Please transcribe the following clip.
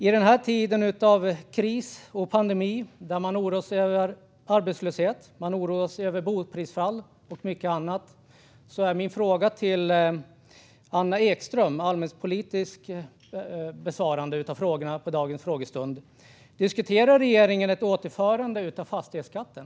I denna tid av kris och pandemi, då man oroar sig över arbetslöshet, boprisfall och mycket annat, blir min fråga till Anna Ekström, som besvarar allmänpolitiska frågor vid dagens frågestund: Diskuterar regeringen ett återinförande av fastighetsskatten?